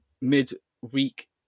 mid-week